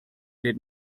did